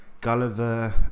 Gulliver